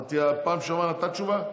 את בפעם שעברה נתת תשובה?